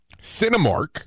Cinemark